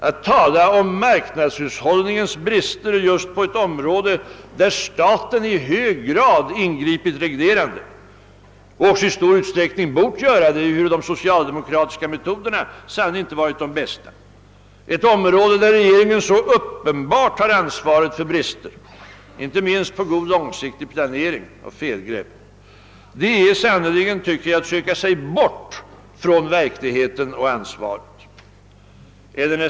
Att tala om marknadshushållningens brister just på ett område där staten i hög grad har ingripit reglerande — och i stor utsträckning bort göra det, ehuru de socialdemokratiska metoderna sannerligen inte varit de bästa — och där regeringen så uppenbart har ansvaret för bristerna, inte minst på grund av bristande långsiktig planering och felgrepp, det är sannerligen att söka sig bort från verkligheten och ansvaret.